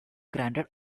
granted